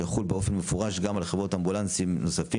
שיחול באופן מפורש גם על חברות אמבולנסים נוספים